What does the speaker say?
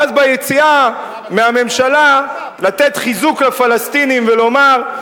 ואז ביציאה מהממשלה לתת חיזוק לפלסטינים ולומר,